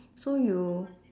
so you